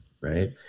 right